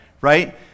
right